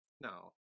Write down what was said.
No